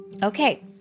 Okay